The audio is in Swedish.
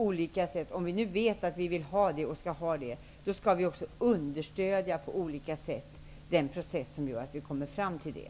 Om vi nu vet att vi vill ha det och skall ha det, skall vi också på olika sätt understödja den process som gör att vi kommer fram till det.